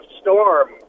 storm